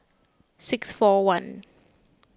six four one